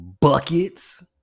buckets